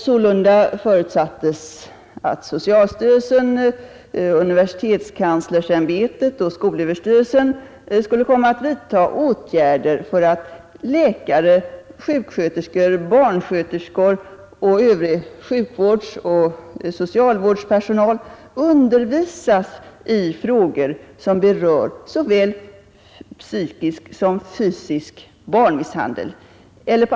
Sålunda förutsattes att socialstyrelsen, universitetskanslersämbetet och skolöverstyrelsen skulle komma att vidta åtgärder för att läkare, sjuksköterskor, barnsköterskor och övrig sjukvårdsoch socialvårdspersonal undervisas i frågor som berör såväl psykisk som fysisk barnmisshandel.